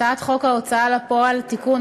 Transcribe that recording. הצעת חוק ההוצאה לפועל (תיקון,